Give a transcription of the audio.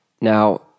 Now